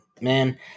man